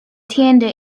tender